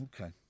Okay